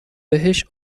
بهش